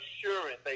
assurance